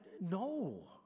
no